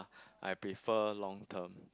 I prefer long term